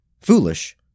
foolish